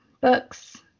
books